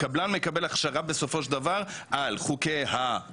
קבלן מקבל הכשרה בסופו של דבר על תקינה,